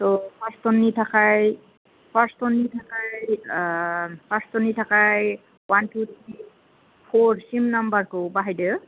थ' फार्स्ट ट'ननि थाखाय फार्स्ट ट'ननि थाखाय फार्स्ट ट'ननि थाखाय अवान टु थ्रि फ'रसिम नाम्बारखौ बाहायदो